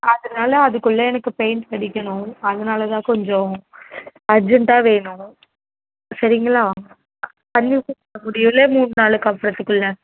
அதனால் அதுக்குள்ளே எனக்கு பெயிண்ட் அடிக்கணும் அதனால் தான் கொஞ்சம் அர்ஜென்ட்டாக வேணும் சரிங்களா பண்ணிக்கொடுக்க முடியும்ல மூணு நாளைக்கப்புறத்துக்குள்ள